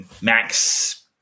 max